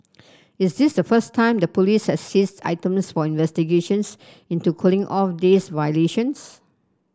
is this the first time the police has seized items for investigations into cooling off days violations